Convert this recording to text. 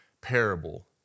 parable